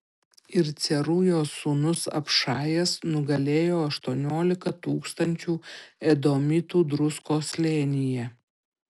ir cerujos sūnus abšajas nugalėjo aštuoniolika tūkstančių edomitų druskos slėnyje